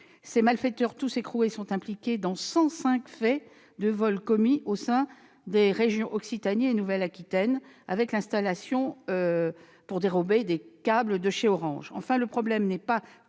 Ces malfaiteurs, tous écroués, sont impliqués dans cent cinq faits de vol commis au sein des régions Occitanie et Nouvelle-Aquitaine, avec l'installation d'élingues pour dérober les câbles de la société Orange. Enfin, le problème n'est pas